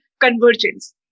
convergence